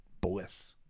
Bliss